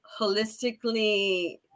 holistically